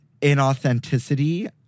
inauthenticity